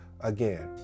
again